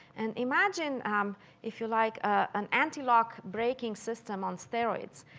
and imagine if you like ah an antilock braking system on steroids,